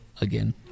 again